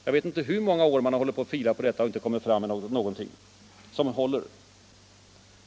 Jag vet inte hur många år man har filat på detta utan att komma fram till någonting som håller.